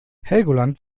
helgoland